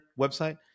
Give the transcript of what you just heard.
website